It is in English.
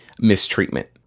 mistreatment